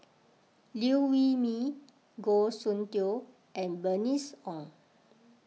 Liew Wee Mee Goh Soon Tioe and Bernice Ong